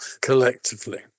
collectively